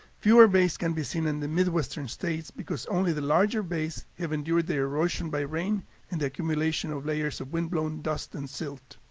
fewer bays can be seen in the midwestern states because only the larger bays have endured the erosion by rain and the accumulation of layers a wind-blown dust and silt.